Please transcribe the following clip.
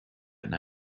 night